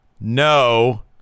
No